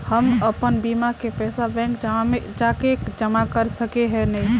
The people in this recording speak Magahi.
हम अपन बीमा के पैसा बैंक जाके जमा कर सके है नय?